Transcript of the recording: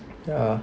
yeah